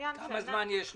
כמה זמן יש לו?